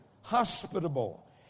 hospitable